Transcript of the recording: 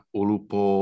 ulupo